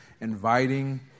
inviting